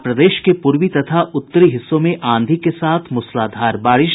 और प्रदेश के पूर्वी तथा उत्तरी हिस्सों में आंधी के साथ मूसलाधार बारिश